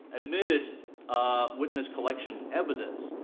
admitted witness collection evidence,